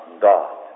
God